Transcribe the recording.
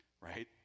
right